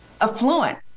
affluent